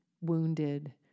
wounded